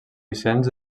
vicenç